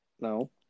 No